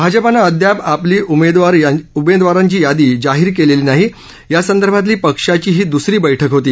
भाजपानं अद्याप आपली उमेदवारी यादी जाहीर केलेली नाही यासंदर्भातली पक्षाची ही दुसरी बैठक होती